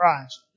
Christ